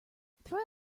throw